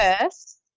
first